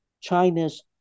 China's